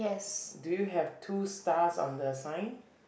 do you have two stars on the sign